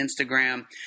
Instagram